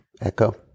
echo